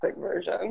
version